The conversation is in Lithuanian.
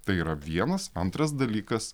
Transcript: tai yra vienas antras dalykas